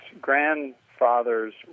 grandfathers